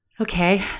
Okay